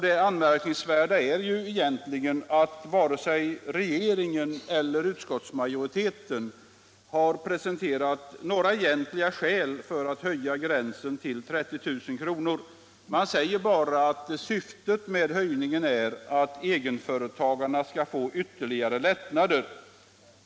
Det anmärkningsvärda är att varken regeringen eller utskottsmajoriteten har presenterat några egentliga skäl för att höja gränsen till 30 000 kr. Man säger bara att syftet med höjningen är att egenföretagarna skall få ytterligare lättnader.